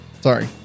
Sorry